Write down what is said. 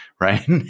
right